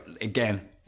again